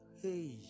hey